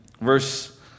verse